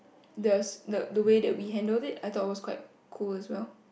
the the the way that we handled it I thought it was quite cool as well